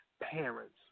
parents